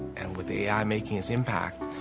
and with a i. making its impact,